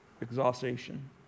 exhaustion